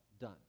done